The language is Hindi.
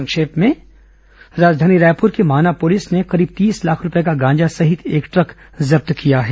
संक्षिप्त समाचार राजधानी रायपुर की माना पुलिस ने करीब तीस लाख रूपये का गांजा सहित एक ट्रक जब्त किया है